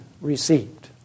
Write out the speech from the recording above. received